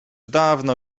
dawno